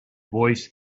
voice